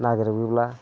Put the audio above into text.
नागिरो मोनब्ला